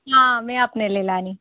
हां में अपने लेई लैनी